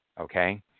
Okay